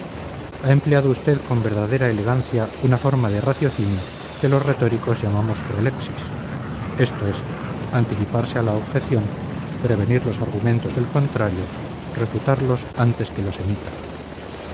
ha empleado usted con verdadera elegancia una forma de raciocinio que los retóricos llamamos prolepsis eso es anticiparse a la objeción prevenir los argumentos del contrario refutarlos antes que los emita